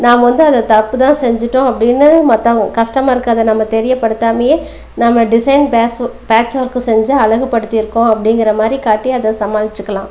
நாம வந்து அதை தப்பு தான் செஞ்சுட்டோம் அப்படினு மற்றவங்க கஸ்டமருக்கு அதை நம்ம தெரிய படுத்தாமலேயே நம்ம டிசைன் பேஸ்வு பேட்ச் வொர்க்கு செஞ்சு ழகு படித்திருக்கோம் அப்படிங்கற மாதிரி காட்டி அதை சமாளிச்சுக்கலாம்